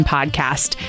Podcast